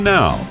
Now